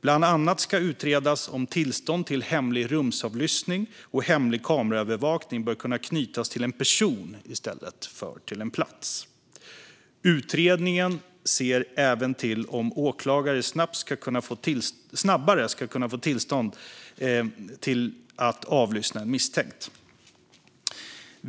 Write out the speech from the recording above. Bland annat ska det utredas om ett tillstånd till hemlig rumsavlyssning och hemlig kameraövervakning bör kunna knytas till en person i stället för en plats. Utredningen ser även på om en åklagare snabbare ska kunna få tillstånd att avlyssna en misstänkt.